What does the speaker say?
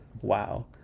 wow